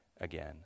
again